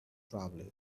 travelers